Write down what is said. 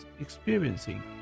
experiencing